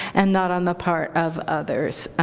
and not on the part of others.